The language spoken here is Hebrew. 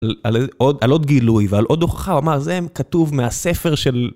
על עוד גילוי ועל עוד הוכחה, הוא אמר, זה כתוב מהספר של...